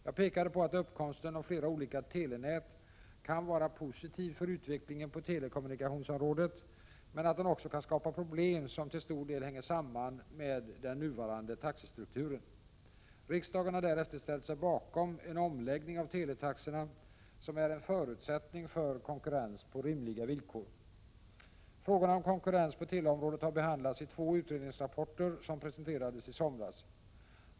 Jag pekade på att uppkomsten av flera olika telenät kan vara positiv för utvecklingen på telekommunikationsområdet men att den också kan skapa problem, som till stor del hänger samman med den nuvarande taxestrukturen. Riksdagen har därefter ställt sig bakom en omläggning av teletaxorna som är en förutsättning för konkurrens på rimliga villkor. Frågorna om konkurrens på teleområdet har behandlats i två utredningsrapporter som presenterades i somras.